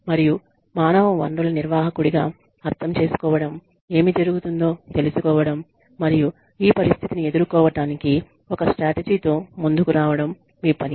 మరియు మానవ వనరుల నిర్వాహకుడిగా అర్థం చేసుకోవడం ఏమి జరుగుతుందో తెలుసుకోవడం మరియు ఈ పరిస్థితిని ఎదుర్కోవటానికి ఒక స్ట్రాటజీ తో ముందుకు రావడం మీ పని